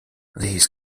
these